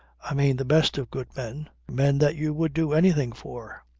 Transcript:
i mean the best of good men men that you would do anything for.